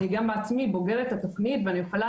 אני גם בעצמי בוגרת התכנית ואני יכולה